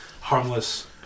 harmless